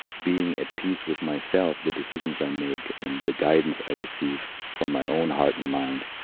being at peace with myself, the decisions i make, and the guidance i receive from my own heart and mind